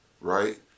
right